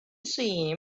see